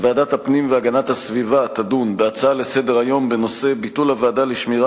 ועדת הפנים והגנת הסביבה תדון בנושא ביטול הוועדה לשמירה